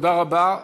תודה רבה.